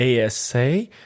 ASA